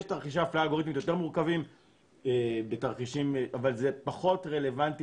ייתר תרחישי האפליה האלגוריתמית יותר מורכבים אבל זה פחות רלוונטי